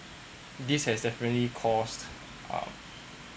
this has definitely caused um